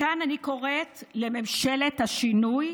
מכאן אני קוראת לממשלת השינוי,